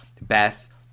Beth